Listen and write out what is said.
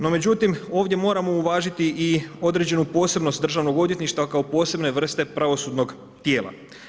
No međutim ovdje moramo uvažiti i određenu posebnost državnog odvjetništva kao posebne vrste pravosudnog tijela.